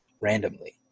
randomly